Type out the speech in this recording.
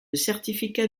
certificat